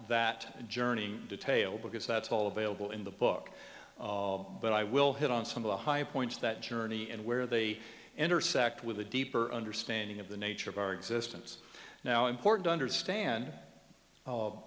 that journey detail because that's all available in the book but i will hit on someone high points that journey and where they intersect with a deeper understanding of the nature of our existence now important to understand